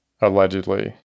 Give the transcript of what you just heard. Allegedly